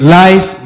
life